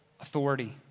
authority